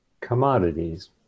commodities